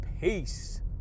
Peace